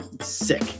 Sick